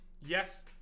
yes